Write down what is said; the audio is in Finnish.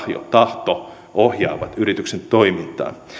tahto ohjaavat yrityksen toimintaa